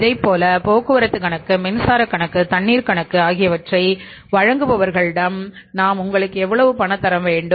இதைப்போல போக்குவரத்து கணக்கு மின்சார கணக்கு தண்ணீர் கணக்கு ஆகியவற்றை வழங்குபவர்களிடம் நான் உங்களுக்கு எவ்வளவு பணம் தர வேண்டும்